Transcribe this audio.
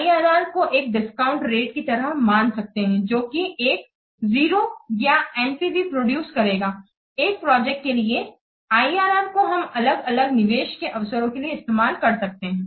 IRR को एक discount रेटकी तरह मान सकते हैं जो कि एक 0 का NPV प्रड्यूस करेगा एक प्रोजेक्ट के लिए IRR को हम अलग अलग निवेश के अवसरों के लिए इस्तेमाल कर सकते हैं